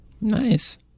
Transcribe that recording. Nice